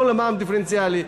לא למע"מ דיפרנציאלי.